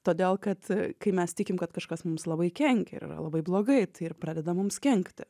todėl kad kai mes tikim kad kažkas mums labai kenkia ir yra labai blogai tai ir pradeda mums kenkti